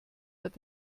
hat